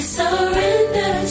surrender